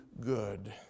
good